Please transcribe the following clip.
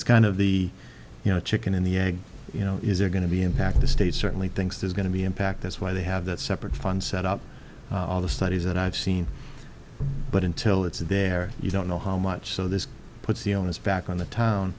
it's kind of the you know the chicken and the egg you know is there going to be impact the state certainly thinks there's going to be impact that's why they have that separate fund set up all the studies that i've seen but until it's there you don't know how much so this puts the onus back on the town